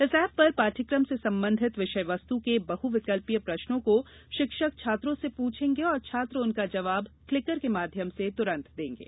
इस ऐप पर पाठ्यक्रम से संबंधित विषयवस्तु के बहुविकल्पीय प्रश्नों को शिक्षक छात्रों से पूछेंगे और छात्र उनका जवाब क्लीकर के माध्यम से तुरन्त देंगे